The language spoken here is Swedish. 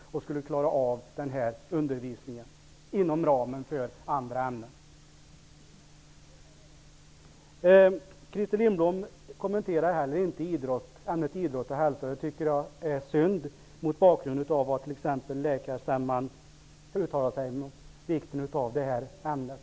De skulle kunna klara av den här undervisningen inom ramen för andra ämnen. Christer Lindblom kommenterar heller inte ämnet idrott och hälsa. Det tycker jag är synd mot bakgrund av vad som t.ex. läkarstämman uttalade.